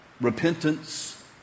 repentance